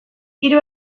hiru